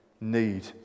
need